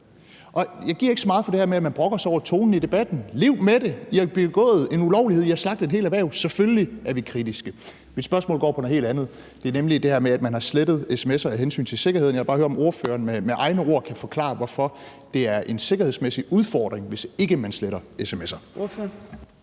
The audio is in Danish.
Jeg giver ikke så meget for det her med, at man brokker sig over tonen i debatten – lev med det! I har begået en ulovlighed, I har slagtet et helt erhverv; selvfølgelig er vi kritiske. Mit spørgsmål går på noget helt andet. Det er nemlig det her med, at man har slettet sms'er af hensyn til sikkerheden. Jeg vil bare høre, om ordføreren med egne ord kan forklare, hvorfor det er en sikkerhedsmæssig udfordring, hvis ikke man sletter sms'er.